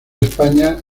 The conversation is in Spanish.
españa